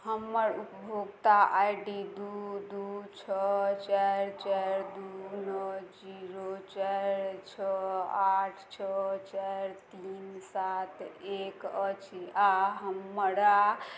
हमर उपभोक्ता I D दुइ दुइ छओ चारि चारि दुइ नओ जीरो चारि छओ आठ छओ चारि तीन सात एक अछि आओर हमरा